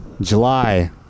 July